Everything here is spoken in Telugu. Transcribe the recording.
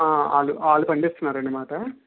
ఆ వాళ్ళు వాళ్ళు పండిస్తున్నారు అన్నమాట